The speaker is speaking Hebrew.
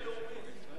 מפלגה לאומית.